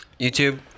YouTube